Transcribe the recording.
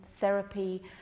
therapy